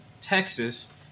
Texas